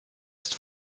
ist